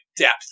depth